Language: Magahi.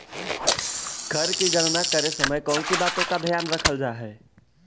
कर की गणना करे समय कौनसी बातों का ध्यान रखल जा हाई